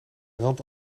rand